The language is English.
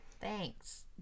Thanks